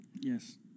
Yes